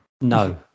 No